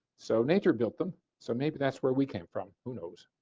so nature built them, so maybe that's where we came from. who knows.